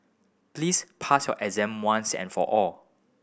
please pass your exam once and for all